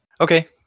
Okay